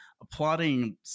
applauding